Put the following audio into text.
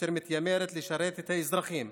אשר מתיימרת לשרת את האזרחים,